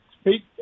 speak